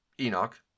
Enoch